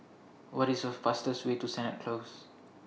What IS The fastest Way to Sennett Close